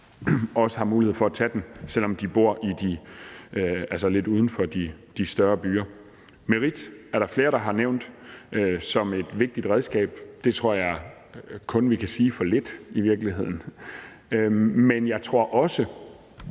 også har mulighed for at tage den, selv om de bor lidt uden for de større byer. Merit er der flere der har nævnt som et vigtigt redskab. Det tror jeg i virkeligheden vi kun kan sige for lidt. Men jeg tror jo også